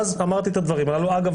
אז אמרתי את הדברים הללו אגב,